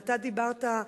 ואתה דיברת היום,